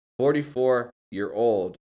44-year-old